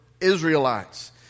Israelites